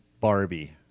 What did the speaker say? Barbie